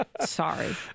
Sorry